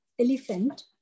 elephant